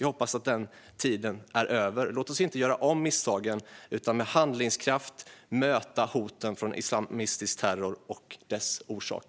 Jag hoppas att den tiden är över. Låt oss inte göra om misstagen utan med handlingskraft möta hoten från islamistisk terror och dess orsaker.